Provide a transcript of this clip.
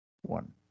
one